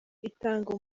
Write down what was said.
itanga